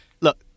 look